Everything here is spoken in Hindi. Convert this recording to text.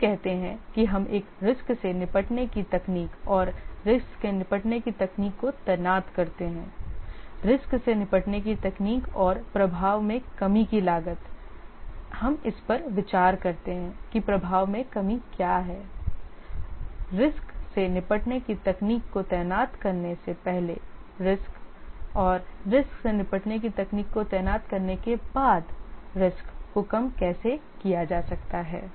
हम कहते हैं कि हम एक रिस्क से निपटने की तकनीक और रिस्क से निपटने की तकनीक को तैनात करते हैं रिस्क से निपटने की तकनीक और प्रभाव में कमी की लागत हम इस पर विचार करते हैं कि प्रभाव में कमी क्या है रिस्क से निपटने की तकनीक को तैनात करने से पहले रिस्क रिस्क से निपटने की तकनीक को तैनात करने के बाद रिस्क को कम कैसे किया जा सकता है